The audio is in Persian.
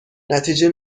نتیجه